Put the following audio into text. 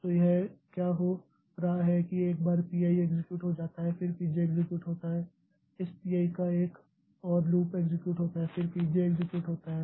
तो यह क्या हो रहा है कि एक बार P i एक्सेक्यूट हो जाता है फिर P j एक्सेक्यूट होता है इस P i का एक और लूप एक्सेक्यूट होता है फिर दूसरा P j एक्सेक्यूट होता है